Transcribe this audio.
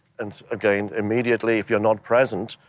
and again, immediately, if you are not present,